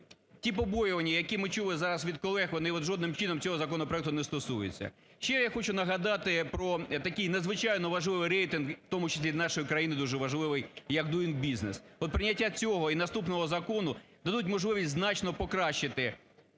Ті побоювання, які ми чули зараз від колег, вони жодним чином цього законопроекту не стосуються. Ще я хочу нагадати про такий надзвичайно важливий рейтинг, в тому числі нашої країни, дуже важливий як Doing Business. От прийняття цього і наступного закону дадуть можливість значно покращити